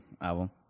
album